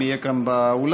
אם יהיה כאן באולם,